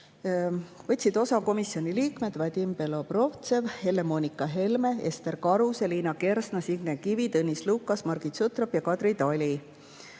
võtsid komisjoni liikmed Vadim Belobrovtsev, Helle-Moonika Helme, Ester Karuse, Liina Kersna, Signe Kivi, Tõnis Lukas, Margit Sutrop ja Kadri Tali.